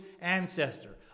ancestor